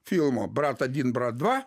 filmo brat odin brat dva